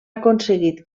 aconseguit